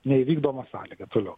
neįvykdoma sąlyga toliau